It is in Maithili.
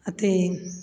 अथी